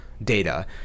Data